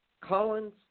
Collins